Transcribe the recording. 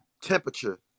Temperature